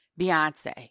Beyonce